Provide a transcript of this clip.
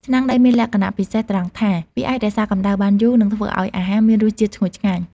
ឆ្នាំងដីមានលក្ខណៈពិសេសត្រង់ថា វាអាចរក្សាកម្ដៅបានយូរ និងធ្វើឱ្យអាហារមានរសជាតិឈ្ងុយឆ្ងាញ់។